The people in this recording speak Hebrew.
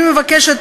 אני מבקשת